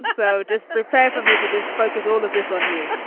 but go. just prepare for visitors. focus all of this on you.